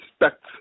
respect